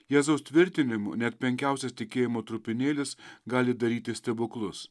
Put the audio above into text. jėzaus tvirtinimu net menkiausias tikėjimo trupinėlis gali daryti stebuklus